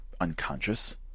unconscious